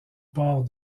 port